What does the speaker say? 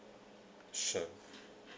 sure